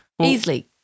Easily